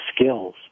skills